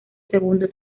segundo